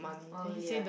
oh really ah